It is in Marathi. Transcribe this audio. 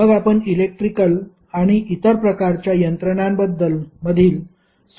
मग आपण इलेक्ट्रिकल आणि इतर प्रकारच्या यंत्रणांमधील संबंध पाहू